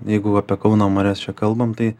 jeigu apie kauno marias čia kalbam tai